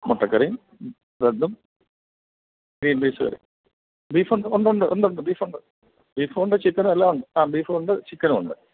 മുട്ടക്കറിയും ബ്രഡും ഗ്രീൻപീസുകറി ബീഫുണ്ട് ഉണ്ടുണ്ട് ഉണ്ടുണ്ട് ബീഫുണ്ട് ബീഫും ഉണ്ട് ചിക്കെനും എല്ലാമുണ്ട് ആ ബീഫൂണ്ട് ചിക്കനൂണ്ട്